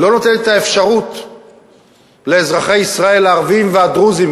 לא נותנת את האפשרות לאזרחי ישראל הערבים והדרוזים,